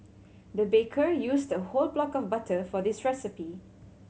the baker used a whole block of butter for this recipe